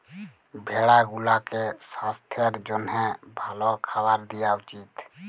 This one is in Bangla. ভেড়া গুলাকে সাস্থের জ্যনহে ভাল খাবার দিঁয়া উচিত